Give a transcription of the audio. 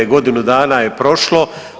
Godinu dana je prošlo.